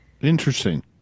Interesting